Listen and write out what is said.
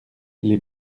les